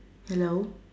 hello